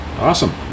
awesome